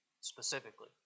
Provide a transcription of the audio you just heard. specifically